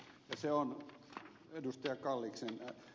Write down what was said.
se on ed